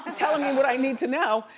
and telling me what i need to know,